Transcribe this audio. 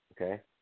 Okay